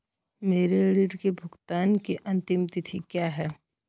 मेरे ऋण के भुगतान की अंतिम तिथि क्या है?